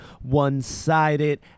one-sided